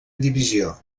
divisió